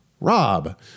Rob